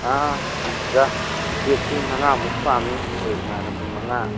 ꯑꯥ ꯑꯣꯖꯥ ꯇꯤꯀꯦꯠꯁꯤ ꯃꯉꯥꯃꯨꯛ ꯄꯥꯝꯏ ꯑꯩꯈꯣꯏ ꯏꯃꯥꯟꯅꯕ ꯃꯉꯥ